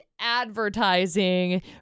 advertising